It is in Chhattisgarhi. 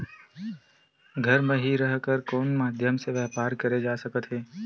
घर म हि रह कर कोन माध्यम से व्यवसाय करे जा सकत हे?